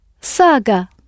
SAGA